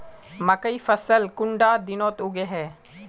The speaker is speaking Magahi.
मकई फसल कुंडा दिनोत उगैहे?